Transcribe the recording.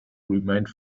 remained